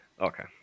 okay